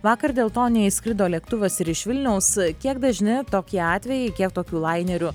vakar dėl to neišskrido lėktuvas ir iš vilniaus kiek dažni tokie atvejai kiek tokių lainerių